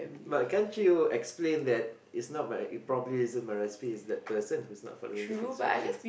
but can't you explain that is not my is probably is just my recipe is that person who's not following the instructions